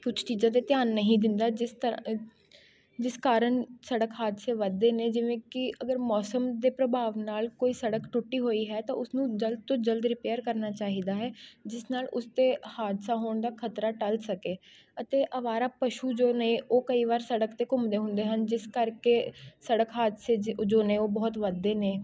ਕੁਛ ਚੀਜ਼ਾਂ 'ਤੇ ਧਿਆਨ ਨਹੀਂ ਦਿੰਦਾ ਜਿਸ ਤਰ੍ਹਾਂ ਜਿਸ ਕਾਰਨ ਸੜਕ ਹਾਦਸੇ ਵੱਧਦੇ ਨੇ ਜਿਵੇਂ ਕਿ ਅਗਰ ਮੌਸਮ ਦੇ ਪ੍ਰਭਾਵ ਨਾਲ ਕੋਈ ਸੜਕ ਟੁੱਟੀ ਹੋਈ ਹੈ ਤਾਂ ਉਸ ਨੂੰ ਜਲਦ ਤੋਂ ਜਲਦ ਰਿਪੇਅਰ ਕਰਨਾ ਚਾਹੀਦਾ ਹੈ ਜਿਸ ਨਾਲ ਉਸ 'ਤੇ ਹਾਦਸਾ ਹੋਣ ਦਾ ਖ਼ਤਰਾ ਟਲ ਸਕੇ ਅਤੇ ਅਵਾਰਾ ਪਸ਼ੂ ਜੋ ਨੇ ਉਹ ਕਈ ਵਾਰ ਸੜਕ 'ਤੇ ਘੁੰਮਦੇ ਹੁੰਦੇ ਹਨ ਜਿਸ ਕਰਕੇ ਸੜਕ ਹਾਦਸੇ ਜ ਜੋ ਨੇ ਉਹ ਬਹੁਤ ਵੱਧਦੇ ਨੇ